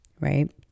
right